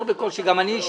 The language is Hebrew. יותר בקול, שגם אני אשמע.